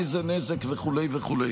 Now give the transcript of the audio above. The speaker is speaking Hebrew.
איזה נזק וכו' וכו'.